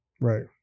Right